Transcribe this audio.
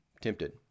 tempted